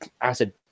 Acid